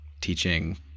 teaching